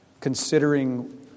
considering